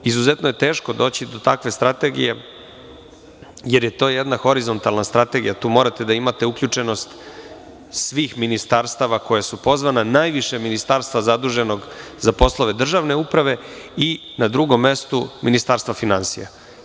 Izuzetno je teško doći do takve strategije jer je to jedna horizontalna strategija, tu morate da imate uključenost svih ministarstavakoja su pozvana, najviše ministarstva zaduženog za poslove državne uprave i na drugom mestu Ministarstva finansija.